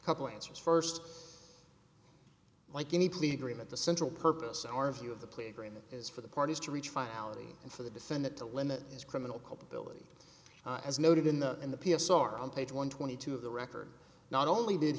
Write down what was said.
a couple of answers first like any plea agreement the central purpose in our view of the plea agreement is for the parties to reach finality and for the defendant to limit his criminal culpability as noted in the in the p s r on page one twenty two of the record not only